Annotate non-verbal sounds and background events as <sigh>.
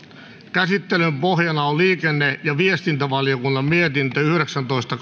käsittelyn pohjana on liikenne ja viestintävaliokunnan mietintö yhdeksäntoista <unintelligible>